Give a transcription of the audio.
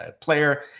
player